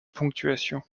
ponctuation